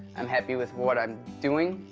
i'm happy with what i'm doing,